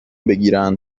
بگیرن